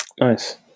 Nice